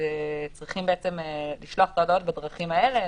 שצריכים לשלוח את ההודעות בדרכים האלה.